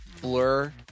blur